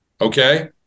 okay